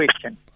question